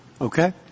Okay